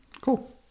cool